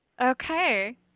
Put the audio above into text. Okay